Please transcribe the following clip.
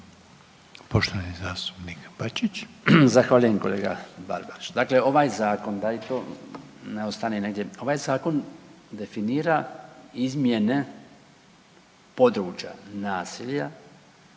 Poštovani zastupnik Bačić.